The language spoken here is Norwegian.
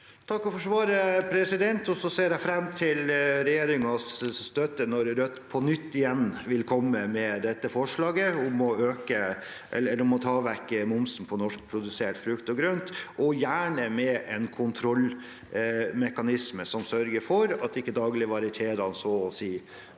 takker for svaret, og så ser jeg fram til regjeringens støtte når Rødt på nytt vil komme med forslaget om å ta bort momsen på norskprodusert frukt og grønt – og gjerne med en kontrollmekanisme som sørger for at ikke dagligvarekjedene så å si tar